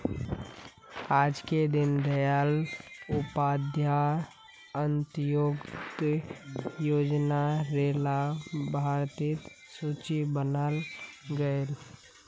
आजके दीन दयाल उपाध्याय अंत्योदय योजना र लाभार्थिर सूची बनाल गयेल